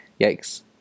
Yikes